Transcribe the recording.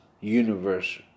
universe